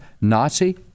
Nazi